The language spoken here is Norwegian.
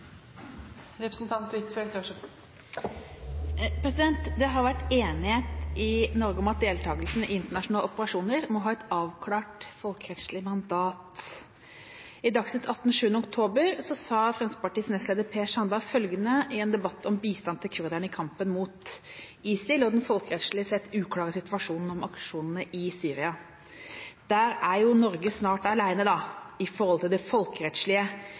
har vært enighet i Norge om at deltakelse i internasjonale operasjoner må ha et avklart folkerettslig mandat. I Dagsnytt 18 den 7. oktober 2014 sa Fremskrittspartiets nestleder Per Sandberg følgende i en debatt om bistand til kurderne i kampene mot IS og den folkerettslige sett uklare situasjonen om aksjoner i Syria: «Der er jo Norge snart aleine da, i forhold til det folkerettslige.